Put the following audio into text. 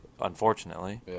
unfortunately